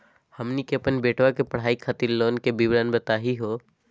हमनी के अपन बेटवा के पढाई खातीर लोन के विवरण बताही हो?